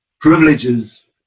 privileges